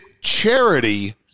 charity